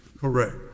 Correct